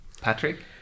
Patrick